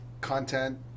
content